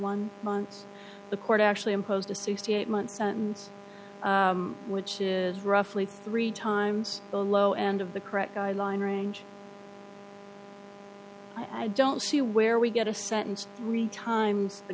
one months the court actually imposed a sixty eight month sentence which is roughly three times the low end of the correct guideline range i don't see where we get a sentence three times the